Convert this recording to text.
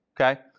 Okay